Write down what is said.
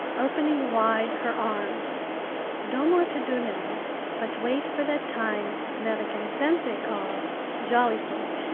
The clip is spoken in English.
opening wide her arms no more to do now but wait for that time merican sensei call jollyful!